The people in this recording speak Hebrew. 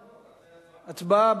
הצבעה,